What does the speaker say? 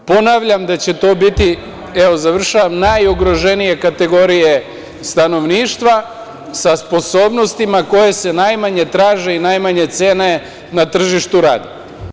Ponavljam da će to biti najugroženije kategorije stanovništva sa sposobnostima koje se najmanje traže i najmanje cene na tržištu rada.